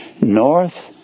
north